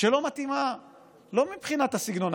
שלא מתאימה לא מבחינת הסגנון,